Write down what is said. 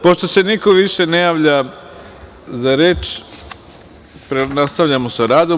Pošto se niko više ne javlja za reč, nastavljamo sa radom.